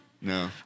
No